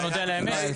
בוא נודה על האמת.